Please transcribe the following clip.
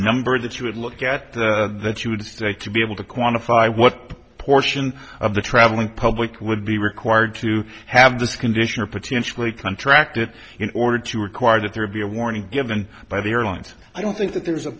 number that you would look at that you would like to be able to quantify what portion of the traveling public would be required to have this condition are potentially contracted in order to require that there be a warning given by the airlines i don't think that there's a